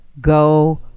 go